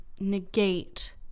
negate